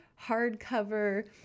hardcover